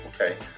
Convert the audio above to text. okay